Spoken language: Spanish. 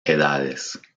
edades